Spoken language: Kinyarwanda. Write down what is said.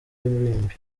irimbi